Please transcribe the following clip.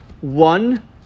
One